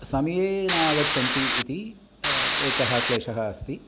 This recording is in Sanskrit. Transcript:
समये न आगच्छन्ति इति एकः क्लेशः अस्ति